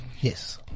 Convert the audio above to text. Yes